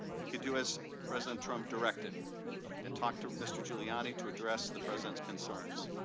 we could do as president trump directed and talk to mr. giuliani to address the president's concerns.